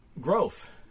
growth